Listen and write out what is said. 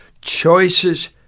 Choices